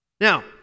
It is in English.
Now